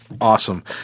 Awesome